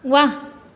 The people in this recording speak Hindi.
वाह